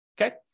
okay